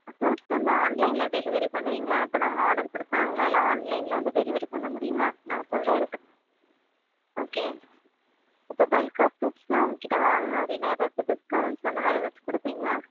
fruits வந்து ஆன்லைனில் delivery பண்ணுவீங்களா இப்போ நாங்கள் ஆர்டர் கொடுத்தா உங்களால் ஆன்லைனில் வந்து டெலிவெரி பண்ண முடியுமா நான் சொல்கிற இடத்துக்கு ஓகே அப்போது பல்க்காக ஃப்ரூட்ஸ்யெலாம் உங்கள்க்கிட்ட வாங்கினோம் அப்படினா ஏதாச்சும் டிஸ்கவுண்ட் அந்த மாதிரி ஏதாச்சும் கொடுப்பீங்களா